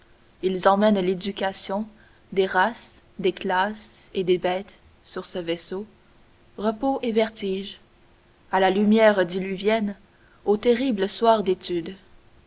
ils emmènent l'éducation des races des classes et des bêtes sur ce vaisseau repos et vertige a la lumière diluvienne aux terribles soirs d'étude